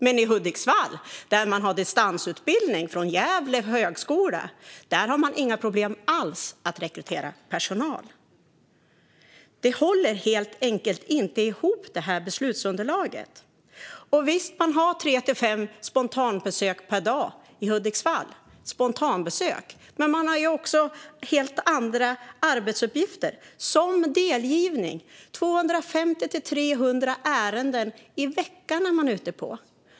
Men i Hudiksvall, där man har distansutbildning från Högskolan i Gävle, har man inga problem alls med att rekrytera personal. Beslutsunderlaget håller helt enkelt inte ihop. Visst, man har tre till fem spontanbesök per dag i Hudiksvall. Det är spontanbesök. Men man har ju också helt andra arbetsuppgifter, till exempel delgivning. Man är ute på 250-300 ärenden i veckan.